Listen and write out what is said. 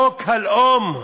חוק הלאום,